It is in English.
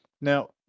Now